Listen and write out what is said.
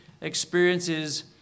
experiences